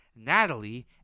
Natalie